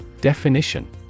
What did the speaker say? Definition